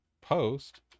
post